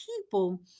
people